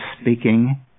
speaking